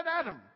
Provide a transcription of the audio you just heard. Adam